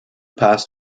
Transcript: past